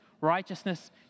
righteousness